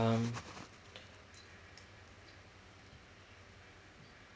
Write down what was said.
um